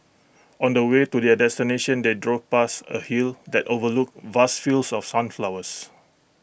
on the way to their destination they drove past A hill that overlooked vast fields of sunflowers